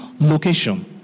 location